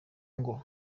ngo